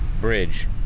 bridge